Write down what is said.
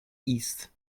east